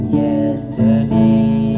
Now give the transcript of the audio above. yesterday